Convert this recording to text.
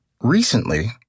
Recently